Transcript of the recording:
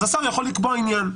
אז השר יכול לקבוע בעניין.